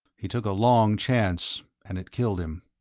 he took a long chance, and it killed him.